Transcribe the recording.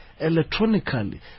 electronically